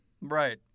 Right